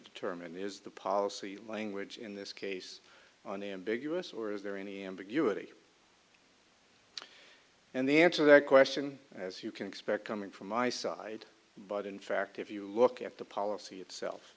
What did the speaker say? determine is the policy language in this case on the ambiguous or is there any ambiguity and the answer that question as you can expect coming from my side but in fact if you look at the policy itself